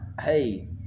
hey